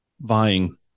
vying